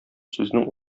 сүзнең